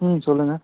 ம் சொல்லுங்கள்